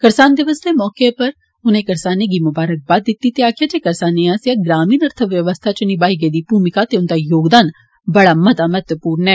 करसान दिवस दे मौके उप्पर करसानें गी मुबारकबाद दिती जे आक्खेआ जे करसानें आस्सेआ ग्रामीण अर्थ व्यवस्था च निभाई गेदी भूमिका ते उन्दा योगदान बड़ा महत्वपूर्ण ऐ